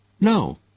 No